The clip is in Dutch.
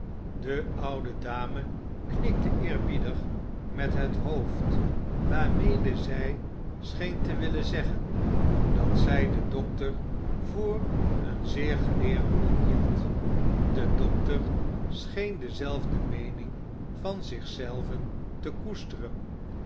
de oude dame knikte eerbiedig met het hoofd waarmede zij scheen te willen zeggen dat zij den dokter voor een zeer geleerd man hield de dokter scheen dezelfde meening van zich zelven te koesteren